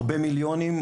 הרבה מיליונים,